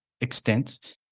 extent